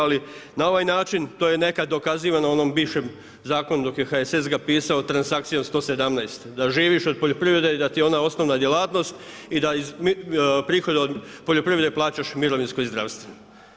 Ali na ovaj način to je nekad dokazivano onom bivšem zakonu dok je HSS ga pisao transakcijom 117, da živiš od poljoprivrede i da ti je ona osnovna djelatnost i da iz prihoda od poljoprivrede plaćaš mirovinsko i zdravstveno.